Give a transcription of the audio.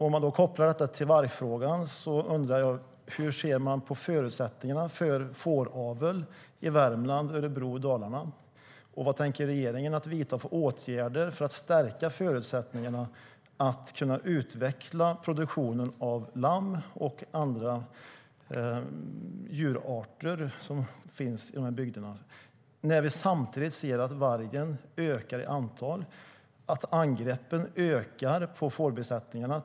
Om man kopplar detta till vargfrågan undrar jag hur man ser på förutsättningarna för fåravel i Värmland, Örebro och Dalarna. Vilka åtgärder tänker regeringen vidta för att stärka förutsättningarna för att kunna utveckla produktionen av lamm och andra djurarter i dessa bygder när vi samtidigt ser att antalet vargar ökar och att antalet angrepp på fårbesättningar ökar?